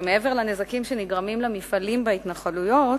שמעבר לנזקים שנגרמים למפעלים בהתנחלויות,